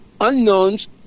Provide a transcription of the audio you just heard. Unknowns